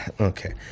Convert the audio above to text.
okay